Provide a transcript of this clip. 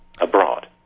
abroad